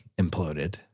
imploded